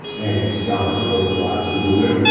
and it's starting to look a lot smoother,